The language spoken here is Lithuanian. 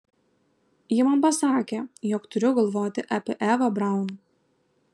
ji man pasakė jog turiu galvoti apie evą braun